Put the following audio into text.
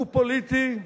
הוא פוליטי,